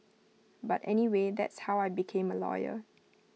but anyway that's how I became A lawyer